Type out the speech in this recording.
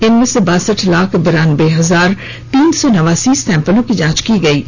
इनमें से बासठ लाख बिरानबे हजार तीन सौ नवासी सेंपल की जांच हुई है